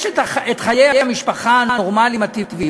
יש את חיי המשפחה הנורמליים הטבעיים.